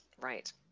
right